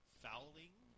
fouling